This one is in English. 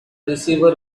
receiver